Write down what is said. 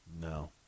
No